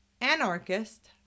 anarchist